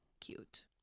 cute